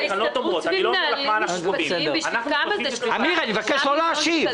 --- אמיר, אני מבקש לא להשיב.